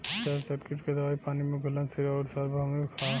ज्यादातर कीट के दवाई पानी में घुलनशील आउर सार्वभौमिक ह?